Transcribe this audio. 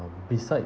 uh beside